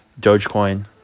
Dogecoin